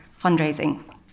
fundraising